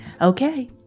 Okay